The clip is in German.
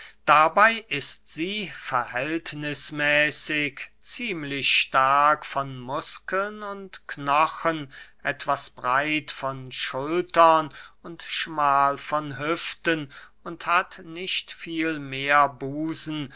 dabey ist sie verhältnismäßig ziemlich stark von muskeln und knochen etwas breit von schultern und schmahl von hüften und hat nicht viel mehr busen